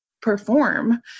perform